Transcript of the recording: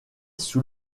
sous